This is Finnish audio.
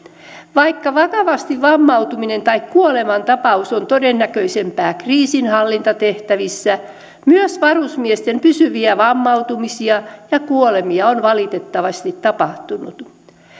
vaikka vakavasti vammautuminen tai kuolemantapaus on todennäköisempää kriisinhallintatehtävissä myös varusmiesten pysyviä vammautumisia ja kuolemia on valitettavasti tapahtunut